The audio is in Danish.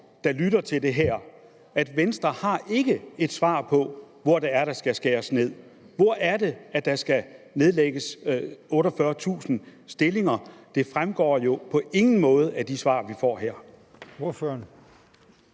der lytter til det her, at Venstre ikke har et svar på, hvor der skal skæres ned. Hvor er det, der skal nedlægges 48.000 stillinger? Det fremgår jo på ingen måde af de svar, vi får her.